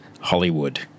Hollywood